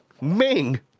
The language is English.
Ming